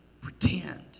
pretend